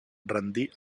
rendir